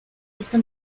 esta